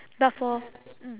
but for mm